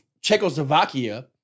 Czechoslovakia